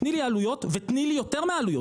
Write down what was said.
תני לי עלויות ותני לי יותר מעלויות,